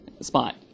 spot